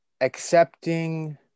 accepting